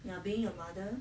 you are being a mother